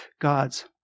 God's